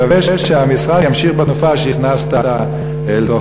ואני מקווה שהמשרד ימשיך בתנופה שהכנסת לתוכו.